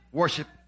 worship